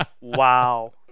wow